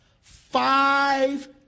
Five